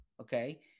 Okay